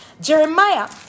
Jeremiah